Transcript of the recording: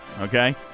okay